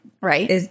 Right